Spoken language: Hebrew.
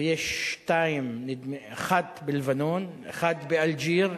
ויש אחת בלבנון, אחת באלג'יר,